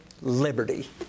Liberty